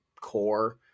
core